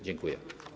Dziękuję.